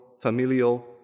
familial